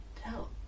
tell